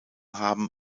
haben